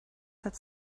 such